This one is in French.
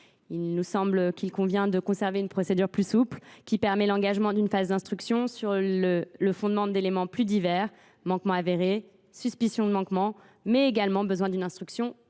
Il nous semble qu’il convient de conserver une procédure plus souple permettant l’engagement d’une phase d’instruction sur le fondement d’éléments plus divers : manquement avéré, suspicion de manquement, mais également besoin d’une instruction complémentaire.